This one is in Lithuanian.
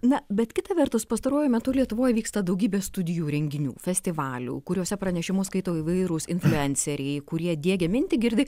na bet kita vertus pastaruoju metu lietuvoj vyksta daugybė studijų renginių festivalių kuriuose pranešimus skaito įvairūs influenceriai kurie diegia mintį girdi